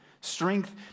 Strength